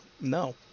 no